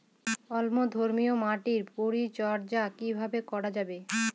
অম্লধর্মীয় মাটির পরিচর্যা কিভাবে করা যাবে?